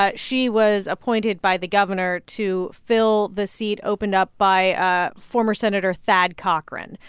ah she was appointed by the governor to fill the seat opened up by ah former senator thad cochran,